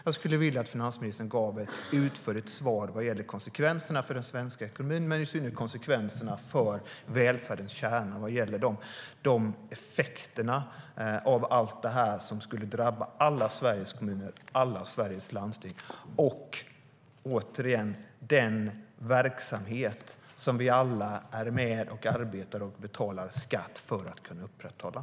Jag skulle vilja att finansministern gav ett utförligt svar vad gäller konsekvenserna för den svenska ekonomin men i synnerhet konsekvenserna för välfärdens kärna i Sveriges alla kommuner och landsting. Det handlar, återigen, om den verksamhet som vi alla är med och arbetar och betalar skatt för att kunna upprätthålla.